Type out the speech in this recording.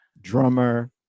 drummer